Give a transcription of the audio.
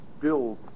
build